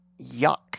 yuck